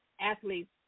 athletes